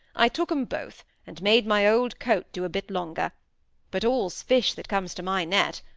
i took em both, and made my old coat do a bit longer but all's fish that comes to my net.